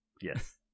Yes